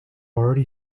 already